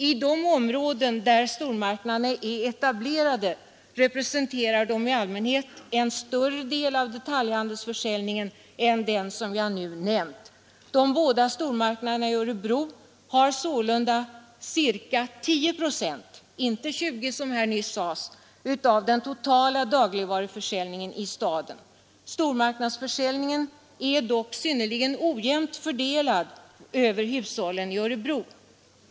I de områden där stormarknaderna är etablerade representerar de i allmänhet en större del av detaljhandelsförsäljningen än den jag nu nämnt. De båda stormarknaderna i Örebro har sålunda 10 procent, inte 20 procent som här nyss sades, av den totala dagligvaruförsäljningen i staden. Stormarknadsförsäljningen är dock synnerligen ojämt fördelad över hushållen i Örebro.